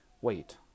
Wait